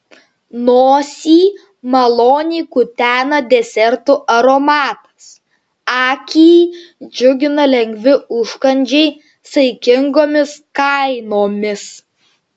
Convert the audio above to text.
nosį maloniai kutena desertų aromatas akį džiugina lengvi užkandžiai saikingomis kainomis